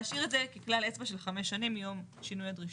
להשאיר את זה ככלל אצבע של חמש שנים מיום שינוי הדרישות.